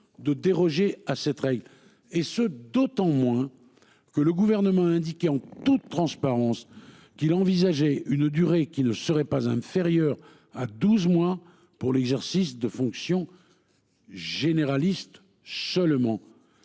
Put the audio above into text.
de déroger à cette règle et ce d'autant moins que le gouvernement a indiqué en toute transparence, qu'il envisageait une durée qui ne serait pas inférieure à 12 mois pour l'exercice de fonctions. Généraliste seulement.